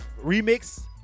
remix